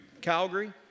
Calgary